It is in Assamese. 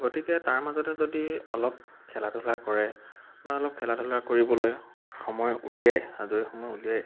গতিকে তাৰ মাজতে যদি অলপ খেলা ধূলা কৰে বা অলপ খেলা ধূলা কৰিবলৈ সময় উলিয়াই আজৰি সময় উলিয়াই